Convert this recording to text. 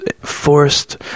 forced